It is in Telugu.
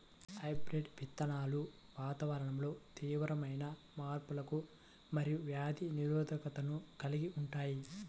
హైబ్రిడ్ విత్తనాలు వాతావరణంలో తీవ్రమైన మార్పులకు మరియు వ్యాధి నిరోధకతను కలిగి ఉంటాయి